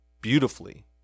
beautifully